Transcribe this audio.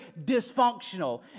dysfunctional